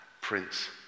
Prince